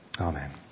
Amen